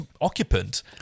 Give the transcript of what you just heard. occupant